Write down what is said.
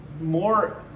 more